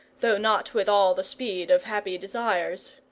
though not with all the speed of happy desires.